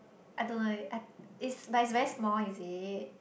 I don't know leh I but it's very small is it